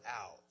out